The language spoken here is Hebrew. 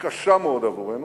קשה מאוד עבורנו.